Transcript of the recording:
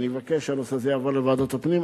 יעבור לוועדת הפנים.